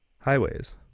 Highways